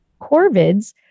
corvids